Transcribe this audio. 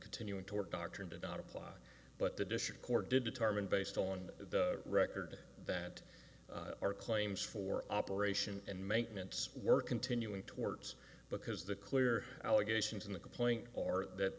continuing toward doctrine did not apply but the district court did determine based on the record that our claims for operation and maintenance work continuing towards because the clear allegations in the complaint are that